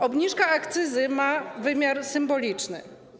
Obniżka akcyzy ma wymiar symboliczny.